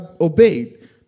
obeyed